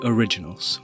Originals